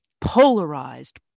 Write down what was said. polarized